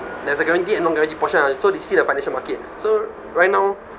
there's a guaranteed and non guaranteed portion ah so they see the financial market so right now